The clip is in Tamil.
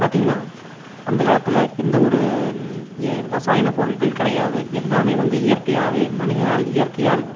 பார்த்தீங்கனா அந்தகாலத்தில் எந்த ஒரு ரசாயன பொருட்கள் கிடையாது எல்லாமே வந்து இயற்கையாகவே மனிதனால் இயற்கையால்